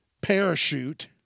parachute